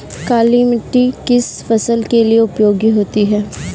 काली मिट्टी किस फसल के लिए उपयोगी होती है?